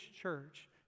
church